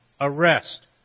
arrest